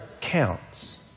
counts